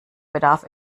bedarf